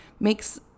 makes